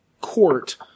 court